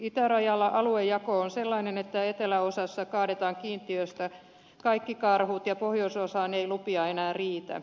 itärajalla aluejako on sellainen että eteläosassa kaadetaan kiintiöstä kaikki karhut ja pohjoisosaan ei lupia enää riitä